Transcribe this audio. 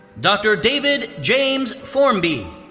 dr. david james formby.